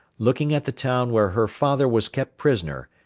looking at the town where her father was kept prisoner,